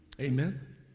Amen